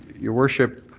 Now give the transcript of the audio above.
your worship,